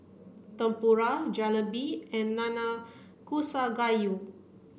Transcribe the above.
Tempura Jalebi and Nanakusa Gayu